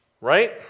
right